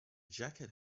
jacket